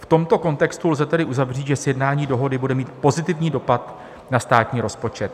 V tomto kontextu lze tedy uzavřít, že sjednání dohody bude mít pozitivní dopad na státní rozpočet.